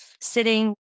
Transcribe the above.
sitting